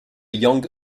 yang